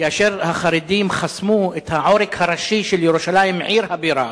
כאשר החרדים חסמו את העורק הראשי של ירושלים עיר הבירה